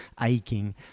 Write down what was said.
aching